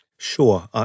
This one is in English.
Sure